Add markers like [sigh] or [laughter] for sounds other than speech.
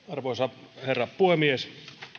[unintelligible] arvoisa herra puhemies